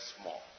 small